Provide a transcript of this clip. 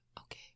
Okay